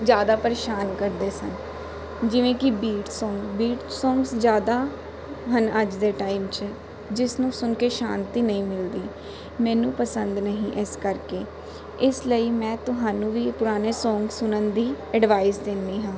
ਜ਼ਿਆਦਾ ਪਰੇਸ਼ਾਨ ਕਰਦੇ ਸਨ ਜਿਵੇਂ ਕਿ ਬੀਟ ਸੌਂਗ ਬੀਟ ਸੌਂਗਸ ਜ਼ਿਆਦਾ ਹਨ ਅੱਜ ਦੇ ਟਾਈਮ 'ਚ ਜਿਸ ਨੂੰ ਸੁਣ ਕੇ ਸ਼ਾਂਤੀ ਨਹੀਂ ਮਿਲਦੀ ਮੈਨੂੰ ਪਸੰਦ ਨਹੀਂ ਇਸ ਕਰਕੇ ਇਸ ਲਈ ਮੈਂ ਤੁਹਾਨੂੰ ਵੀ ਪੁਰਾਣੇ ਸੌਂਗ ਸੁਣਨ ਦੀ ਐਡਵਾਈਸ ਦਿੰਦੀ ਹਾਂ